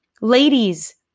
Ladies